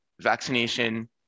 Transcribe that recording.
vaccination